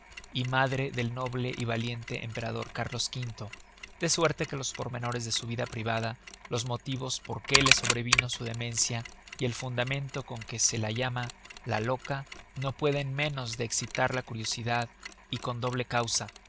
y madre del noble y valiente emperador cárlos v de suerte que los pormenores de su vida privada los motivos por qué le sobrevino su demencia y el fundamento con que se la llama la loca no pueden menos de escitar la curiosidad y con doble causa